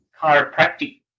chiropractic